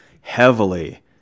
heavily